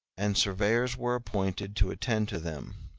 and surveyors were appointed to attend to them